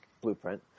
blueprint